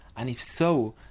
and if so,